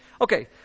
Okay